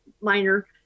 minor